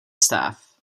staff